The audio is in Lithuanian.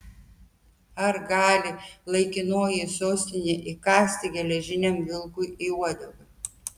ar gali laikinoji sostinė įkąsti geležiniam vilkui į uodegą